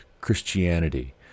Christianity